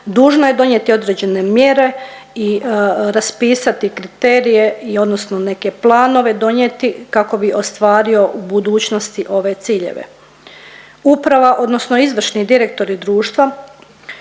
dužno je donijeti određene mjere i raspisati kriterije odnosno neke planove donijeti kako bi ostvario u budućnosti ove ciljeve. Uprava odnosno izvršni direktori društva